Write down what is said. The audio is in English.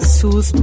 sus